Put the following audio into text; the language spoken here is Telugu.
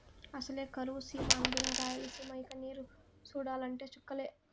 అసలే కరువు సీమ అందునా రాయలసీమ ఇక నీరు చూడాలంటే చుక్కలే